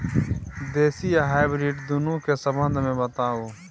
देसी आ हाइब्रिड दुनू के संबंध मे बताऊ?